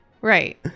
Right